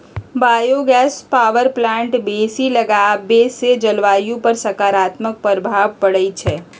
bio gas power plant बेशी लगाबेसे जलवायु पर सकारात्मक प्रभाव पड़इ छै